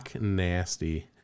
Nasty